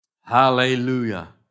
Hallelujah